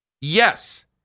Yes